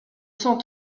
cent